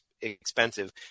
expensive